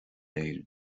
éirinn